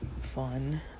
fun